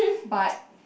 but